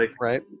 Right